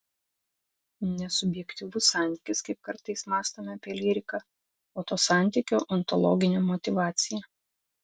ne subjektyvus santykis kaip kartais mąstome apie lyriką o to santykio ontologinė motyvacija